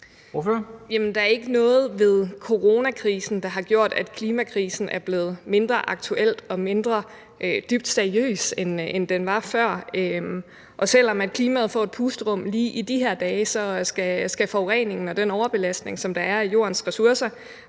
der er ikke noget ved coronakrisen, der har gjort, at klimakrisen er blevet mindre aktuel og mindre dybt seriøs, end den var før. Og selv om klimaet får et pusterum lige i de her dage, skal forureningen og den overbelastning, som der er af Jordens ressourcer